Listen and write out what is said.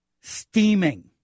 steaming